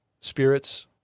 spirits